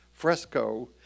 fresco